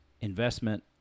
investment